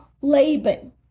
Laban